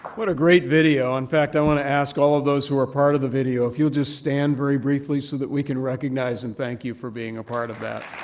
what a great video. in fact, i want to ask all of those who were part of the video if you'll just stand very briefly so that we can recognize and thank you for being a part of that.